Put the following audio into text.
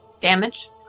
Damage